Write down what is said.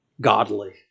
godly